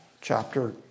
Chapter